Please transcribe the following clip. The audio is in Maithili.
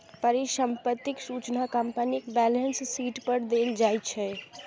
परिसंपत्तिक सूचना कंपनीक बैलेंस शीट पर देल जाइ छै